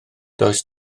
does